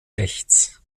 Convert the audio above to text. rechts